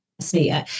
See